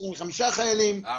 25 חיילים,